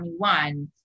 2021